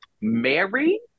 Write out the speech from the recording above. Mary